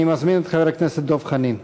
אני מזמין את חבר הכנסת דב חנין,